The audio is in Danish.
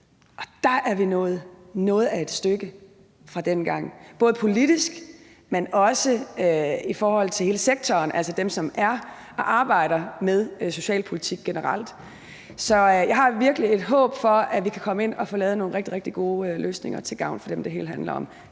Der er vi nået noget af et stykke i forhold til dengang, både politisk, men også i forhold til hele sektoren, altså dem, der arbejder med socialpolitik generelt. Så jeg har virkelig et håb om, at vi kan gå ind og få lavet nogle rigtig, rigtig gode løsninger til gavn for dem, det hele handler om,